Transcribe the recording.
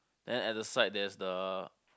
then at the side there's the